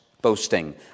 boasting